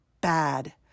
bad